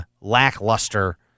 lackluster